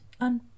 on